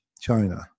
China